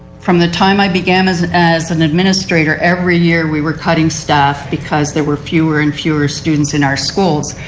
from the time i began as as an administrator every year we were cutting staff because there were fewer and fewer students in our schools.